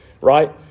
Right